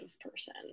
person